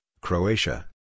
Croatia